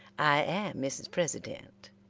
i am mrs. president,